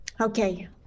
Okay